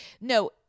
no